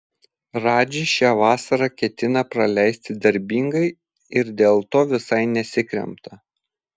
radži šią vasarą ketina praleisti darbingai ir dėl to visai nesikremta